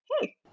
hey